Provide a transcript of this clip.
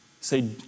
say